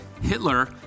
Hitler